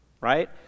right